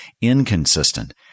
inconsistent